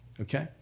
okay